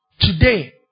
Today